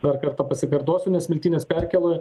dar kartą pasikartosiu nes smiltynės perkėloj